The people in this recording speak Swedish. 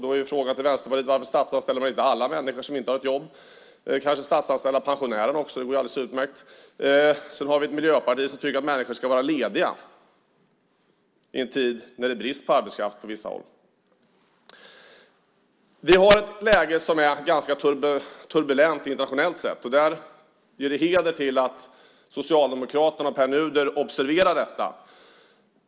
Då är frågan till Vänsterpartiet: Varför statsanställer vi inte alla människor som inte har ett jobb? Vi kanske kan statsanställa pensionärerna också, det vore alldeles utmärkt. Sedan har vi ett Miljöparti som tycker att människor ska vara lediga i en tid när det är brist på arbetskraft på vissa håll. Vi har ett läge som är ganska turbulent internationellt sett. Heder åt att Socialdemokraterna och Pär Nuder observerar detta.